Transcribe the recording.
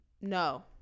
no